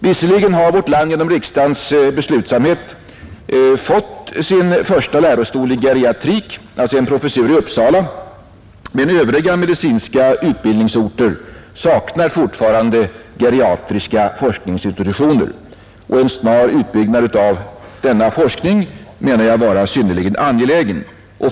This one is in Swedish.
Visserligen har vårt land genom riksdagens beslutsamhet nyligen fått sin första lärostol i geriatrik — en professur i Uppsala — men övriga medicinska utbildningsorter saknar fortfarande geriatriska forskningsinstitutioner. En snar utbyggnad av denna forskning menar jag vara synnerligen angelägen.